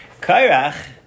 Kairach